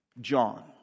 john